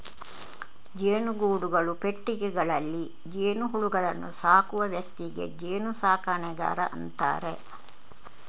ಜೇನುಗೂಡುಗಳು, ಪೆಟ್ಟಿಗೆಗಳಲ್ಲಿ ಜೇನುಹುಳುಗಳನ್ನ ಸಾಕುವ ವ್ಯಕ್ತಿಗೆ ಜೇನು ಸಾಕಣೆಗಾರ ಅಂತಾರೆ